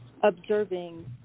observing